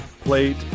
plate